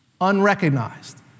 unrecognized